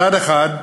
מצד אחד,